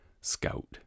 scout